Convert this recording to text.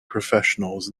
professionals